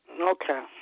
Okay